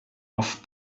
off